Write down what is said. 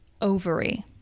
Ovary